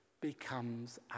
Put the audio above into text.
becomes